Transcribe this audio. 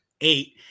Eight